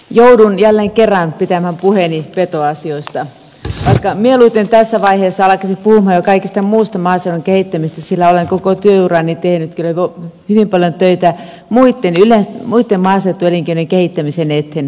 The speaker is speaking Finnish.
joudun jälleen kerran pitämään puheeni petoasioista vaikka mieluiten tässä vaiheessa alkaisin puhumaan jo kaikesta muusta maaseudun kehittämisestä sillä olen koko työurani tehnyt hyvin paljon töitä muitten maaseutuelinkeinojen kehittämisen eteen